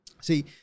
See